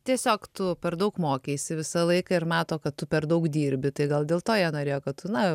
tiesiog tu per daug mokeisi visą laiką ir mato kad tu per daug dirbi tai gal dėl to jie norėjo kad tu na